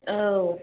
औ